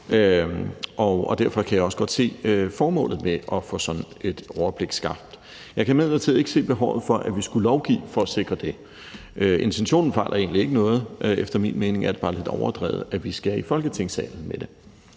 og derfor kan jeg også godt se formålet med at få skabt sådan et overblik. Jeg kan imidlertid ikke se behovet for, at vi skulle lovgive for at sikre det. Intentionen fejler egentlig ikke noget. Efter min mening er det bare lidt overdrevet, at vi skal behandle det